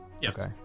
Yes